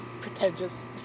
pretentious